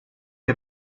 che